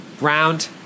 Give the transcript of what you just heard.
Round